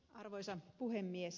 arvoisa puhemies